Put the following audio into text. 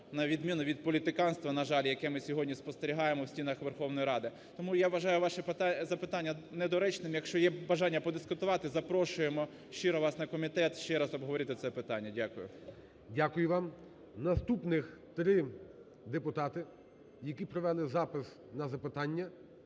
на відміну від політиканства, на жаль, яке ми сьогодні спостерігаємо в стінах Верховної Ради. Тому я вважаю ваше запитання недоречним. Якщо є бажання подискутувати запрошуємо щиро вас на комітет, ще раз обговорити це питання. Дякую. ГОЛОВУЮЧИЙ. Дякую вам. Наступних три депутати, які провели запис на запитання,